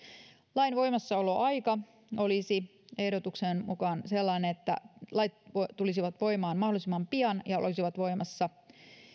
lain voimassaoloaika olisi ehdotuksen mukaan sellainen että lait tulisivat voimaan mahdollisimman pian ja olisivat voimassa